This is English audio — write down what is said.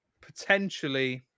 potentially